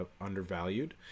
undervalued